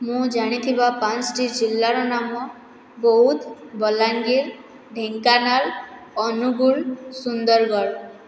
ମୁଁ ଜାଣିଥିବା ପାଞ୍ଚ୍ଟି ଜିଲ୍ଲାର ନାମ ବୌଦ୍ଧ ବଲାଙ୍ଗୀର ଢେଙ୍କାନାଳ ଅନୁଗୁଳ ସୁନ୍ଦରଗଡ଼